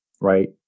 right